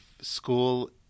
school